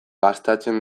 gastatzen